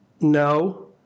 No